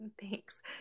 Thanks